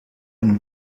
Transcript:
een